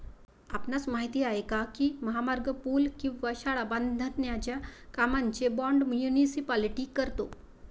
आपणास माहित आहे काय की महामार्ग, पूल किंवा शाळा बांधण्याच्या कामांचे बोंड मुनीसिपालिटी करतो?